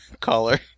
caller